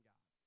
God